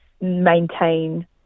maintain